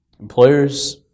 employers